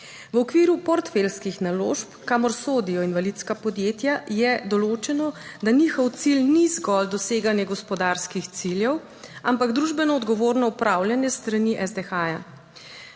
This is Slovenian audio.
V okviru portfeljskih naložb, kamor sodijo invalidska podjetja je določeno, da njihov cilj ni zgolj doseganje gospodarskih ciljev, ampak družbeno odgovorno upravljanje s strani SDH.